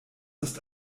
ist